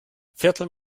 viertel